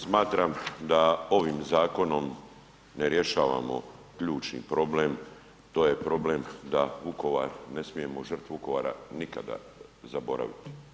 Smatram da ovim zakonom ne rješavamo ključni problem, to je problem da Vukovar, ne smijemo žrtvu Vukovara nikada zaboraviti.